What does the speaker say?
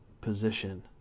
position